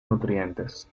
nutrientes